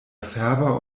färber